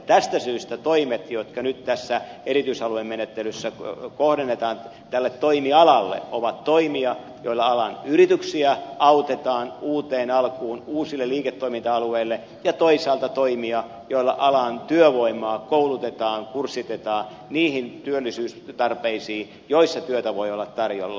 tästä syystä toimet jotka nyt tässä erityisaluemenettelyssä kohdennetaan tälle toimialalle ovat toimia joilla alan yrityksiä autetaan uuteen alkuun uusille liiketoiminta alueille ja toisaalta toimia joilla alan työvoimaa koulutetaan kurssitetaan vastaamaan työllisyystarpeisiin alalle jolla työtä voi olla tarjolla